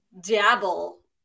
dabble